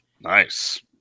Nice